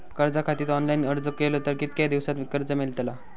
कर्जा खातीत ऑनलाईन अर्ज केलो तर कितक्या दिवसात कर्ज मेलतला?